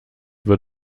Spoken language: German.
wird